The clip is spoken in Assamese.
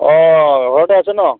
অ ঘৰতে আছে ন'